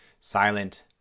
silent